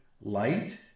light